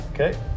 Okay